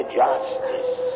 justice